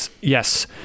yes